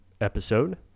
episode